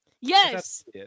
Yes